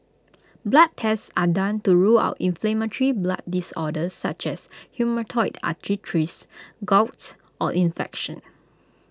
blood tests are done to rule out inflammatory blood disorders such as rheumatoid arthritis gout or infection